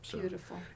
Beautiful